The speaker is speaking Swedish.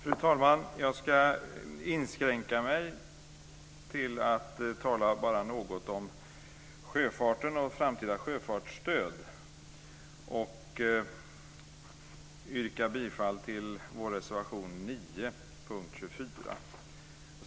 Fru talman! Jag ska inskränka mig till att tala bara något om sjöfarten och framtida sjöfartsstöd. Jag yrkar bifall till vår reservation nr 9 under punkt 24.